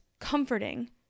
comforting